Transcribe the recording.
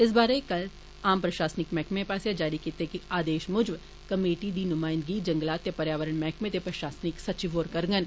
इस बारै कल जी ए बी आम प्रशासनिक मैहकमें पास्सेया जारी कीत्ते गेदे इक्क आदेश मुजब कमेटी दी नुमायदगी जंगलात ते पर्यावरण मैहकमें दे प्रशासनिक सचिव होर करङन